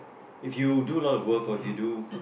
if you do a lot of work or if you do